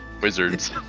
wizards